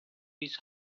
his